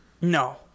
No